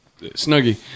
Snuggie